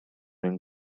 mewn